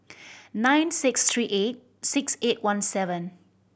nine six three eight six eight one seven